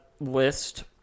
list